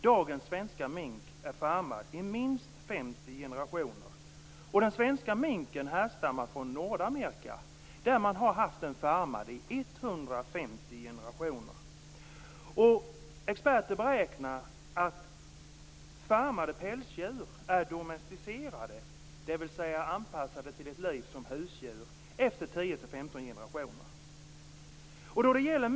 Dagens svenska mink är farmad i minst 50 generationer. Den svenska minken härstammar från Nordamerika, där man har haft den farmad i 150 generationer. Experter beräknar att farmade pälsdjur är domesticerade, dvs. anpassade till ett liv som husdjur, efter 10-15 generationer.